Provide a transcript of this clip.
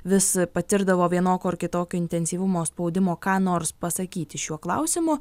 vis patirdavo vienokio ar kitokio intensyvumo spaudimo ką nors pasakyti šiuo klausimu